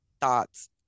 thoughts